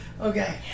Okay